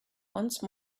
once